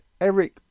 eric